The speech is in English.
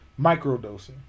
microdosing